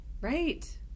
Right